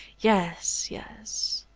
yes, yes!